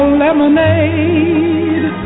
lemonade